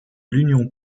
l’union